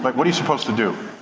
like, what're you supposed to do?